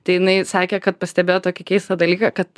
tai jinai sakė kad pastebėjo tokį keistą dalyką kad